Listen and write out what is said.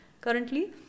Currently